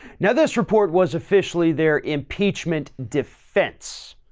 now, this report was officially their impeachment defense.